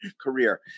career